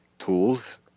tools